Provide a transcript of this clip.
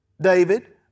David